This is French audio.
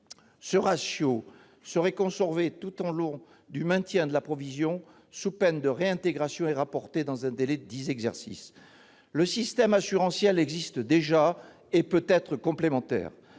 Ce ratio serait conservé tout au long du maintien de la provision, sous peine de réintégration, et rapporté dans un délai de dix exercices. Le système assurantiel existe déjà et peut être complémentaire.